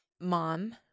mom